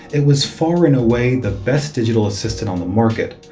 it was far and away the best digital assistant on the market,